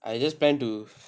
I just plan to